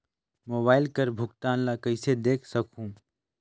Mobile कर भुगतान ला कइसे देख सकहुं?